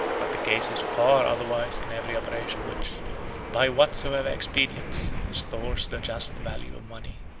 but the case is far otherwise in every operation which by whatsoever expedients, restores the just value of money.